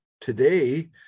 today